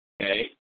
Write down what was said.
Okay